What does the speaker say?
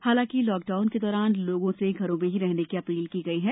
हालांकि लॉकडाउन के दौरान लोगों से घरों में ही रहने की अपील की गई है